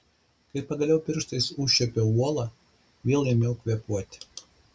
kai pagaliau pirštais užčiuopiau uolą vėl ėmiau kvėpuoti